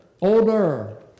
Older